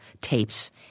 tapes